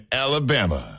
Alabama